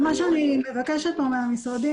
אז מה שאני מבקשת פה מהמשרדים,